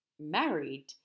married